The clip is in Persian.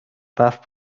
برف